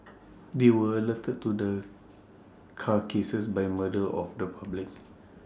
they were alerted to the carcasses by murder of the public